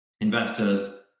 investors